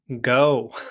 go